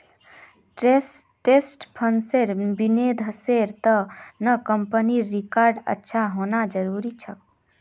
trust फंड्सेर निवेशेर त न कंपनीर रिकॉर्ड अच्छा होना जरूरी छोक